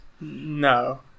no